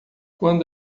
quando